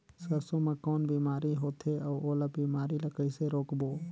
सरसो मा कौन बीमारी होथे अउ ओला बीमारी ला कइसे रोकबो?